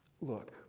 look